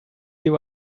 you